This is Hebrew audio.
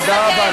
תודה רבה.